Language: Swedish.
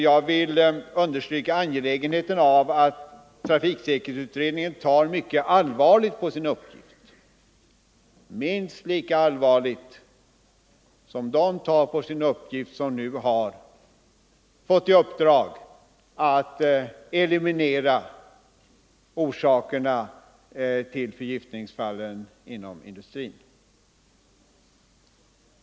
Jag vill understryka angelägenheten av att trafiksäkerhetsutredningen tar mycket allvarligt på sin uppgift — minst lika allvarligt som de tar på sin uppgift som nu har blivit anmodade att eliminera orsakerna till förgiftningsfallen inom industrin.